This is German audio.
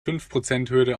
fünfprozenthürde